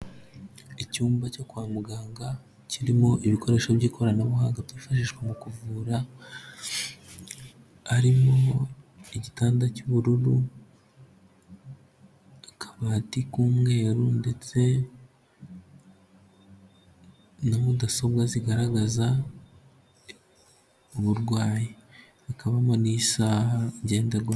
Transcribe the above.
Icyumba cyo kwa muganga kirimo ibikoresho by'ikoranabuhanga byifashishwa mu kuvura, harimo igitanda cy'ubururu, kabati k'umweru, ndetse na mudasobwa zigaragaza uburwayi, hakabamo n'isaha ngendedanwa.